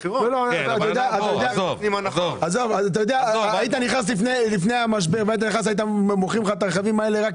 אם היית נכנס לפני המשבר היו מוכרים לך את הרכבים האלה בקלות,